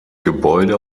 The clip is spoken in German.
gebäude